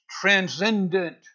transcendent